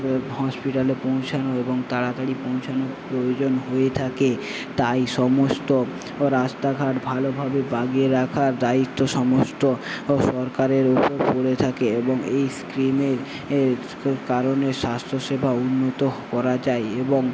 এবং হসপিটালে পৌঁছানো এবং তাড়াতাড়ি পৌঁছানোর প্রয়োজন হয়ে থাকে তাই সমস্ত রাস্তাঘাট ভালোভাবে বানিয়ে রাখার দায়িত্ব সমস্ত সরকারের ওপর পড়ে থাকে এবং এই স্কিমের কারণে স্বাস্থ্যসেবাও উন্নত করা যায় এবং